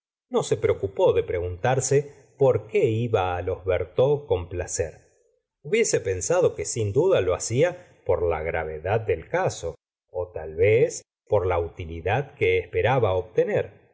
no se preocupó de preguntarse por qué iba los bertaux con placer hubiese pensado que sin duda lo hacia por la gravedad del caso tal vez por la utilidad que esperaba obtener